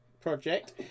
project